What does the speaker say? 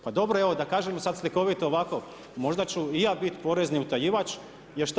Pa dobro, evo, da kažem sada slikovito, ovako, možda ću i ja biti porezni utajivač jer šta?